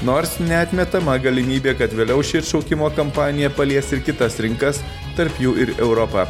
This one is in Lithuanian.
nors neatmetama galimybė kad vėliau ši atšaukimo kampanija palies ir kitas rinkas tarp jų ir europa